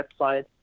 website